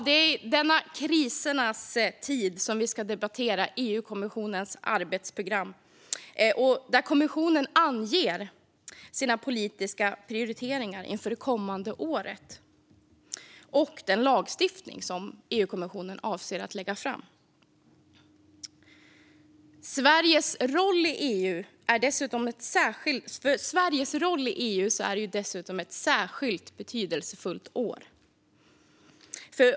Det är i denna krisernas tid som vi ska debattera EU-kommissionens arbetsprogram, där kommissionen anger sina politiska prioriteringar inför det kommande året och den lagstiftning som man avser att lägga fram. För Sveriges roll i EU är det dessutom ett särskilt betydelsefullt år.